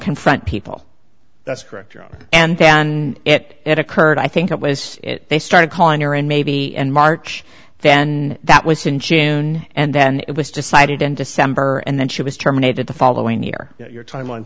confront people that's correct and then and it occurred i think it was it they started calling her in maybe in march then that was in june and then it was decided in december and then she was terminated the following year your t